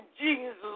Jesus